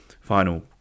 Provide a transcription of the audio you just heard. final